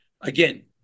Again